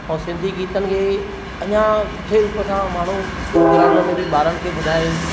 ऐं सिंधी गीतनि खे अञा सुठे रूप सां बि माण्हू प्रोग्राम में बि ॿारनि खे ॿुधाए